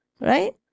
right